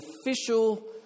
official